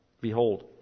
behold